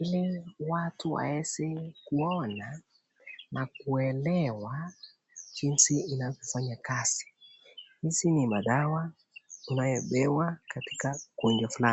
ili watu waeze kuona na kuelewa jinsi inavyofanya kazi. Hizi ni madawa inayopewa katika ugonjwa fulani.